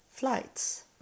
Flights